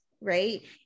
right